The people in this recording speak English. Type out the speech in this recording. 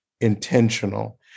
intentional